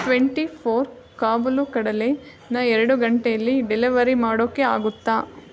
twenty four ಕಾಬೂಲು ಕಡಲೆನ ಎರಡು ಗಂಟೆಯಲ್ಲಿ ಡೆಲಿವರಿ ಮಾಡೋಕೆ ಆಗುತ್ತಾ